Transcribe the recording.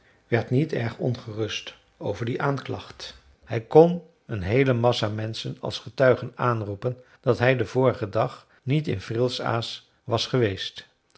werd niet erg ongerust over die aanklacht hij kon een heele massa menschen als getuigen aanroepen dat hij den vorigen dag niet in frilles aas was geweest